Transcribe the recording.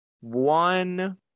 one